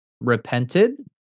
repented